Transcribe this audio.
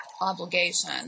obligation